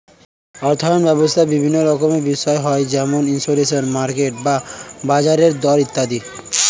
অর্থায়ন ব্যবস্থায় বিভিন্ন রকমের বিষয় হয় যেমন ইনফ্লেশন, মার্কেট বা বাজারের দর ইত্যাদি